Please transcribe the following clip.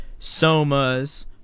Somas